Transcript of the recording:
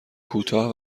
کوتاه